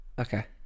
Okay